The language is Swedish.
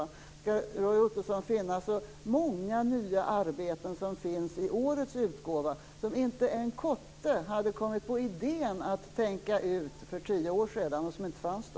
Då skall Roy Ottosson finna hur många nya arbeten det finns i årets utgåva som inte en kotte hade kommit på idén att tänka ut för tio år sedan och som inte fanns då.